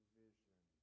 vision